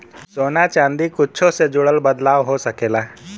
सोना चादी कुच्छो से जुड़ल बदलाव हो सकेला